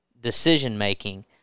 decision-making